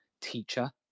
teacher